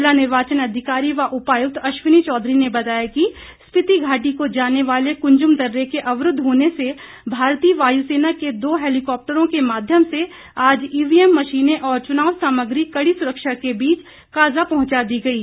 जिला निर्वाचन अधिकारी व उपायुक्त अश्वनी चौधरी ने बताया कि स्पीति घाटी को जाने वाले कुंजुम दर्रे के अवरूद्व होने से भारतीय वायुसेना के दो हेलिकॉप्टरों के माध्यम से आज ईवीएम मशीने और चुनाव सामग्री कड़ी सुरक्षा के बीच काजा पहुंचा दी गई है